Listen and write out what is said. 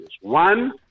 One